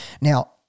Now